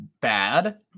bad